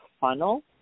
funnel